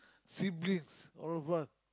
siblings all of us